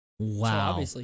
Wow